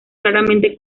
claramente